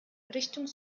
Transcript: richtung